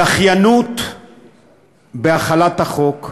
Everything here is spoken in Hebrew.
הדחיינות בהחלת החוק תימשך.